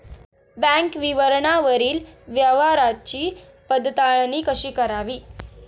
Bank विवरणावरील व्यवहाराची पडताळणी कशी करावी?